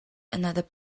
another